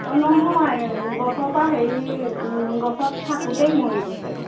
অঁ নহয় গছৰ পৰা হেৰি গছত থাকোঁতেই মৰি গৈছে